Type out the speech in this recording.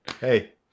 Hey